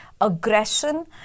aggression